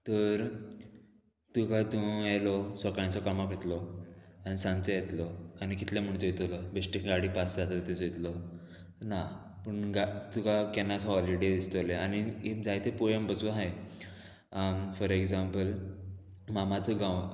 तोर तुका तूं येलो सोकाळचो कामाक वेतलो आनी सांचो येतलो आनी कितले म्हण चयतलो बेश्टे गाडी पास जाताली ते चयतलो ना पूण गा तुका केन्नाच हॉलिडे दिसतले आनी इफ जायते पोयम बसूं आहाय फॉर एग्जाम्पल मामाचो गांव